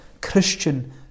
Christian